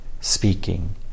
speaking